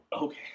Okay